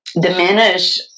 diminish